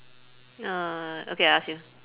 uh okay I ask you